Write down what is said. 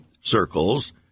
circles